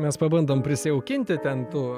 mes pabandom prisijaukinti ten tų